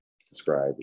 Subscribe